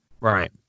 Right